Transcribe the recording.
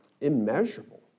immeasurable